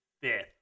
fifth